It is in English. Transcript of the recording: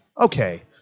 okay